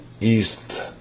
east